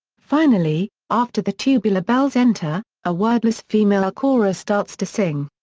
finally, after the tubular bells enter, a wordless female ah chorus starts to sing.